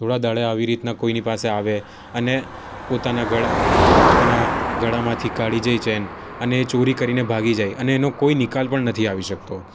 ધોળા દહાડે આવી રીતનાં કોઇની પાસે આવે અને પોતાનાં ગળામાં પોતાનાં ગળામાંથી કાઢી જાય ચેન અને એ ચોરી કરીને ભાગી જાય અને એનો કોઈ નિકાલ પણ નથી આવી શકતો